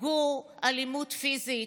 ספגו אלימות פיזית,